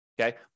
Okay